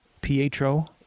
Pietro